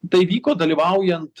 tai vyko dalyvaujant